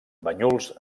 banyuls